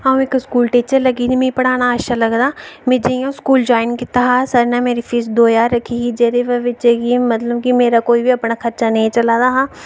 अऊं इक school teacher लग्गी दी मिगी पढ़ाना अच्छा लगदा जदूं में स्कूल ज्वाइन कीता हा सर नै मेरी फीस दो ज्हार रक्खी ही जियां मेरी कोई बी मतलव मेरी खर्चा नी चला दा हा